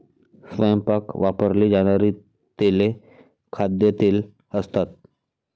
स्वयंपाकात वापरली जाणारी तेले खाद्यतेल असतात